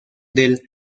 del